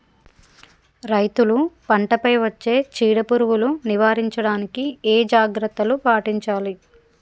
రైతులు పంట పై వచ్చే చీడ పురుగులు నివారించడానికి ఏ జాగ్రత్తలు పాటించాలి?